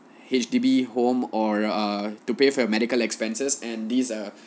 H_D_B home or err to pay for your medical expenses and these are